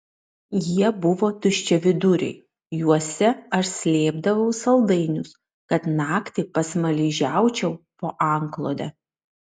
jie buvo tuščiaviduriai juose aš slėpdavau saldainius kad naktį pasmaližiaučiau po antklode